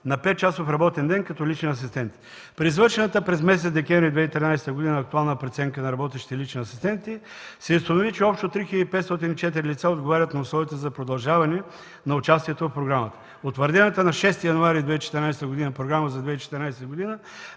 на 5-часов работен ден като личен асистент. При извършената през месец декември 2013 г. актуална преценка на работещите лични асистенти се установи, че общо 3504 лица отговарят на условията за продължаване на участието в програмата. Утвърдената на 6 януари 2014 г. Програма за 2014 г. дава